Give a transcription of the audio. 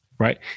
right